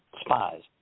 spies